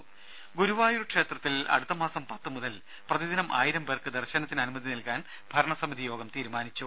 രമേ ഗുരുവായൂർ ക്ഷേത്രത്തിൽ അടുത്തമാസം പത്തു മുതൽ പ്രതിദിനം ആയിരം പേർക്ക് ദർശനത്തിന് അനുമതി നൽകാൻ ഭരണസമിതി യോഗം തീരുമാനിച്ചു